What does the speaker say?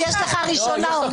עצם זה שאתה מתפלפל בתשובה,